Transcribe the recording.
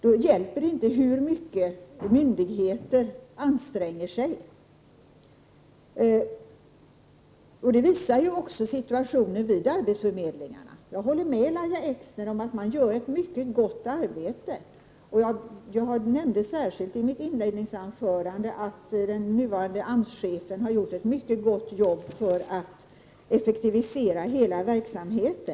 Då hjälper det inte hur mycket myndigheterna än anstränger sig. Detta visar också situationen vid arbetsförmedlingarna. Jag håller med Lahja Exner om att arbetsförmedlingarna gör ett mycket gott arbete. Jag nämnde i mitt inledningsanförande särskilt att den nuvarande AMS-chefen har gjort ett mycket gott arbete för att effektivisera hela verksamheten.